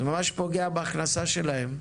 זה ממש פוגע בהכנסה שלהם,